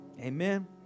Amen